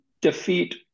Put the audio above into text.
defeat